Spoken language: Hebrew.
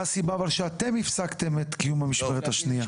מה הסיבה שאתם הפסקתם את קיום המשמרת השנייה?